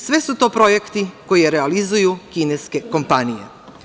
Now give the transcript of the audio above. Sve su to projekti koji realizuju kineske kompanije.